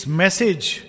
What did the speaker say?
message